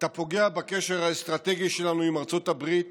אתה פוגע בקשר האסטרטגי שלנו עם ארצות הברית